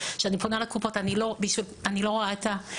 כשאני פונה לקופות אני לא רואה את זה.